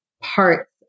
parts